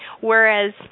Whereas